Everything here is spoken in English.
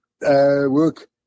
work